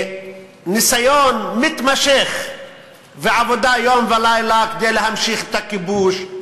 ניסיון מתמשך ועבודה יום ולילה כדי להמשיך את הכיבוש,